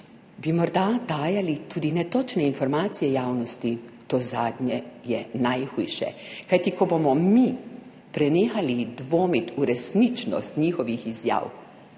bi morda dajali tudi netočne informacije javnosti. To zadnje je najhujše, kajti ko bomo mi prenehali dvomiti v resničnost njihovih izjav,